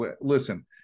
listen –